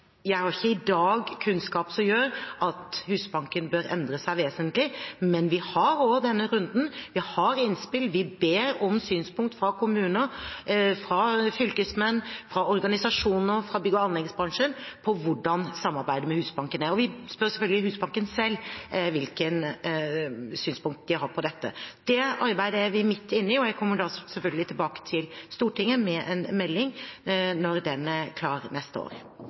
har jeg sagt at jeg i dag ikke har kunnskap som gjør at Husbanken bør endres vesentlig, men vi har denne runden, vi får innspill, og vi ber om synspunkter fra kommuner, fylkesmenn, organisasjoner og bygg- og anleggsbransjen om hvordan samarbeidet med Husbanken er. Vi spør selvfølgelig også Husbanken om hvilke synspunkter de har på dette. Dette arbeidet er vi midt inni, og jeg kommer selvfølgelig tilbake til Stortinget med en melding når den er klar neste år.